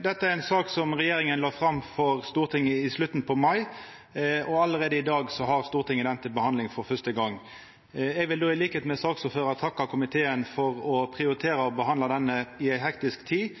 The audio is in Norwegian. Dette er ei sak som regjeringa la fram for Stortinget i slutten av mai, og allereie i dag har Stortinget den til behandling for første gong. Eg vil til liks med saksordføraren takka komiteen for å prioritera behandlinga av denne saka i ei hektisk tid